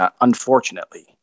unfortunately